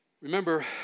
Remember